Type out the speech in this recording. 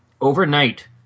overnight